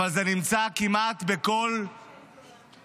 אבל זה נמצא כמעט בכל אוכלוסייה,